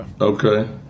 Okay